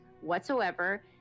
whatsoever